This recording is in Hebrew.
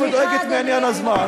שמודאגת מעניין הזמן,